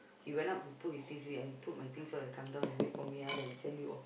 he went up he put his things and put my things while I come down you wait for me ah then I send you off